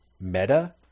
meta